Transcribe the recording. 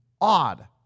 odd